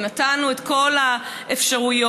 ונתנו את כל האפשרויות.